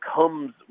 comes